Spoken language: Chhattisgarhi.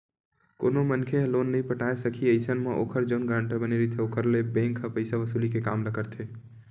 कोनो मनखे ह लोन नइ पटाय सकही अइसन म ओखर जउन गारंटर बने रहिथे ओखर ले बेंक ह पइसा वसूली के काम ल करथे